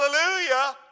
Hallelujah